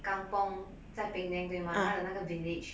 kampung 在 penang 对吗她的那个 village